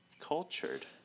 cultured